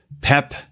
pep